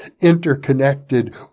interconnected